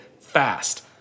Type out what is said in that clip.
fast